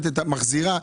מחזירה.